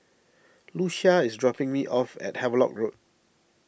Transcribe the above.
Lucia is dropping me off at Havelock Road